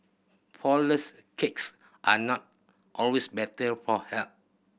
flourless cakes are not always better for health